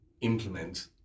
implement